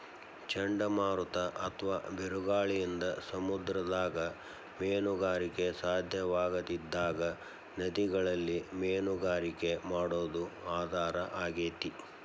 ಚಂಡಮಾರುತ ಅತ್ವಾ ಬಿರುಗಾಳಿಯಿಂದ ಸಮುದ್ರದಾಗ ಮೇನುಗಾರಿಕೆ ಸಾಧ್ಯವಾಗದಿದ್ದಾಗ ನದಿಗಳಲ್ಲಿ ಮೇನುಗಾರಿಕೆ ಮಾಡೋದು ಆಧಾರ ಆಗೇತಿ